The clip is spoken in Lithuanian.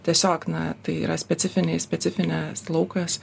tiesiog na tai yra specifiniai specifinis laukas